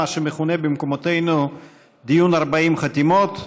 מה שמכונה במקומותינו דיון 40 חתימות.